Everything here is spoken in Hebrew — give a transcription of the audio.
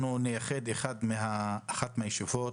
אנחנו נייחד את אחת מן הישיבות